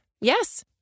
Yes